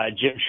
Jim